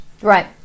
Right